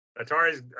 Atari's